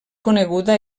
coneguda